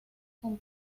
con